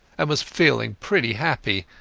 and was feeling pretty happy.